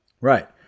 Right